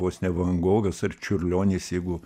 vos ne van gogas ar čiurlionis jeigu